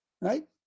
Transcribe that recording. right